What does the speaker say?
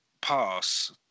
pass